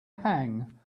hang